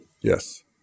Yes